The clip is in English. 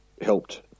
helped